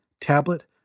tablet